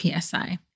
PSI